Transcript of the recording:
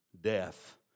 death